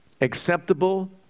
acceptable